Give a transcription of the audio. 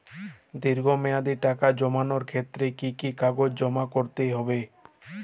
দীর্ঘ মেয়াদি টাকা জমানোর ক্ষেত্রে কি কি কাগজ জমা করতে হবে?